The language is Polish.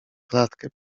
klatkę